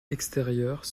extérieurs